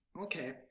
Okay